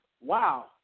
wow